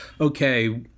okay